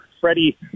Freddie